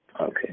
Okay